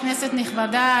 כנסת נכבדה,